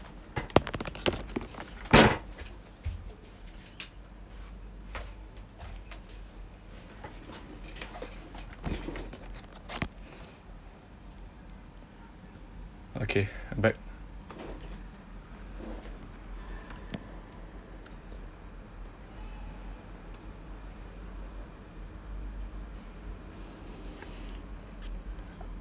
okay I'm back